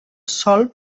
sol